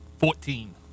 Fourteen